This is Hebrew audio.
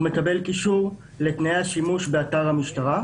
מקבל קישור לתנאי השימוש באתר המשטרה,